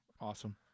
awesome